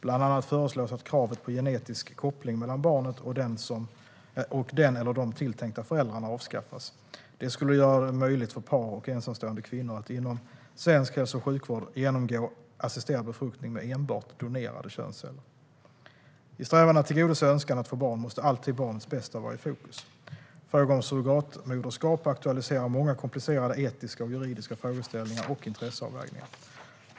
Bland annat föreslås att kravet på genetisk koppling mellan barnet och den eller de tilltänkta föräldrarna avskaffas. Det skulle göra det möjligt för par och ensamstående kvinnor att inom svensk hälso och sjukvård genomgå assisterad befruktning med enbart donerade könsceller. I strävan att tillgodose önskan att få barn måste alltid barnets bästa vara i fokus. Frågor om surrogatmoderskap aktualiserar många komplicerade etiska och juridiska frågeställningar och intresseavvägningar.